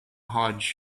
hajj